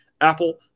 Apple